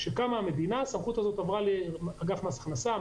כשקמה המדינה הסמכות הזו עברה לאגף מס הכנסה,